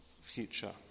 future